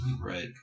right